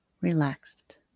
Relaxed